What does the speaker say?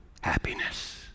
happiness